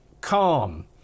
calm